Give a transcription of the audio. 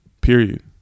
period